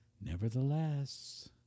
Nevertheless